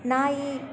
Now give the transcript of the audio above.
ನಾಯಿ